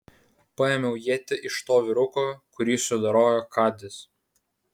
paėmiau ietį iš to vyruko kurį sudorojo kadis